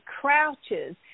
crouches